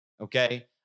Okay